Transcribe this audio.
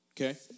Okay